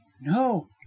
No